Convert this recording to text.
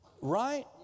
right